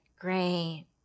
Great